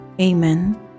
Amen